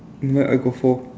I got four